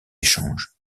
échanges